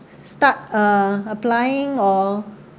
start uh applying or